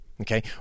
Okay